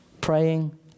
praying